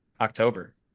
October